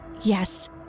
Yes